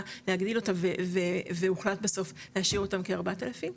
להגדיל אותה והוחלט בסוף להשאיר אותם כ-4,000,